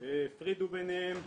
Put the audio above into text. הפרידו ביניהם,